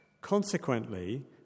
Consequently